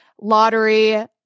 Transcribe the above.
lottery